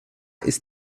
ist